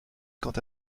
quant